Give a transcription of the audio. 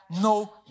no